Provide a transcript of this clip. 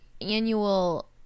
annual